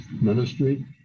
ministry